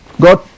God